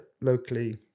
locally